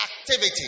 activity